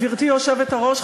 גברתי היושבת-ראש,